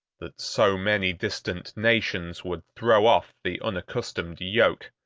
that so many distant nations would throw off the unaccustomed yoke,